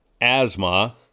asthma